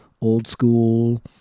old-school